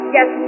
Yes